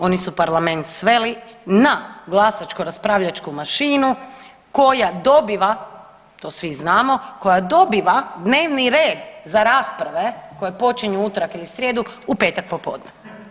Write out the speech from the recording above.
Oni su parlament sveli na glasačko raspravljačku mašinu koja dobiva, to svi znamo, koja dobiva dnevni red za rasprave, koje počinju u utorak ili srijedu, u petak popodne.